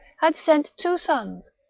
had sent two sons,